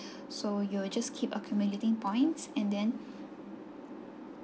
so you will just keep accumulating points and then